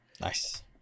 Nice